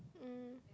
mm